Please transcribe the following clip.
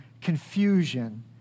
confusion